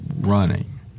running